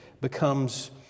becomes